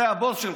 זה הבוס שלך,